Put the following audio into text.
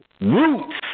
roots